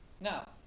Now